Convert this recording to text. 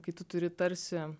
kai tu turi tarsi